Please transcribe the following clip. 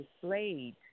displayed